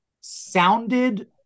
sounded